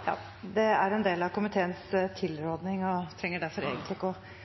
at de som mottar bostøtte, skulle få en ekstra utbetaling, var det en